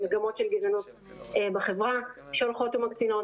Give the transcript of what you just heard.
מגמות של גזענות בחברה שהולכות ומקצינות,